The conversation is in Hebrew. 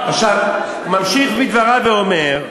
ממשיך בדבריו, אומר: